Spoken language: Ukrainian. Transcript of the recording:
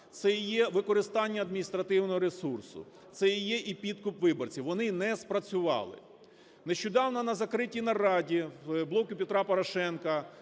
це є використання адміністративного ресурсу, це є і підкуп виборців, – вони не спрацювали. Нещодавно на закритій нараді "Блоку Петра Порошенка"